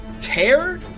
Tear